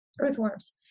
earthworms